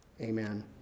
amen